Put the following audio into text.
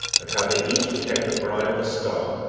and how they each be came the bride of a star.